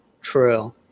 true